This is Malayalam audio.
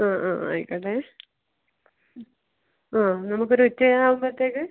ആ ആ ആയിക്കോട്ടെ ആ നമ്മക്കൊരുച്ച ആകുമ്പോഴ്ത്തേക്ക്